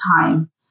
time